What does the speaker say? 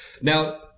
Now